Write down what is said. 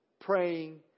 praying